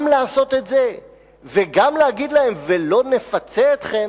גם לעשות את זה וגם להגיד להם "ולא נפצה אתכם",